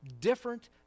different